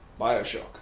Bioshock